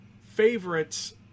favorites